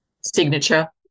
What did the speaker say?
Signature